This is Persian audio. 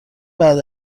بعد